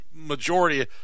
majority